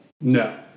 No